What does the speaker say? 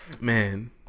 Man